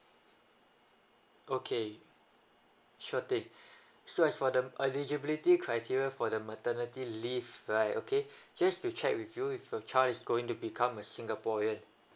okay sure thing so as for the eligibility criteria for the maternity leave right okay just to check with you if your child is going to become a singaporean